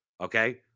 Okay